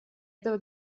этого